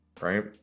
right